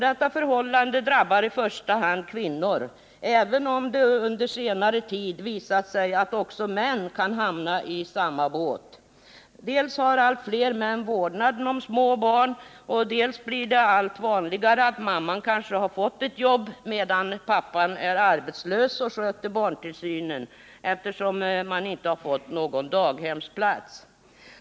Detta förhållande drabbar i första hand kvinnor, även om det under senare tid visat sig att också män kan hamna i samma båt. Dels har allt fler män vårdnaden om små barn, dels blir det allt vanligare att mamman kanske har fått ett jobb medan pappan är arbetslös och sköter barntillsynen eftersom man inte fått någon daghemsplats.